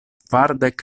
kvardek